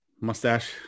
mustache